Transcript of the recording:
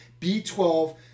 B12